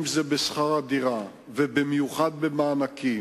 בשכר-דירה ובמיוחד במענקים,